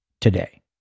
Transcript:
today